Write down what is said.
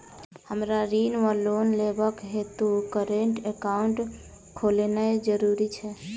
हमरा ऋण वा लोन लेबाक हेतु करेन्ट एकाउंट खोलेनैय जरूरी छै?